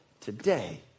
today